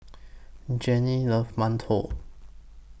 Jennings loves mantou